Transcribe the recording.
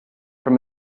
from